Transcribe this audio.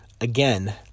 Again